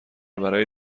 برای